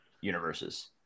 universes